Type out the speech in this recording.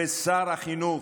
ושר החינוך,